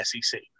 SEC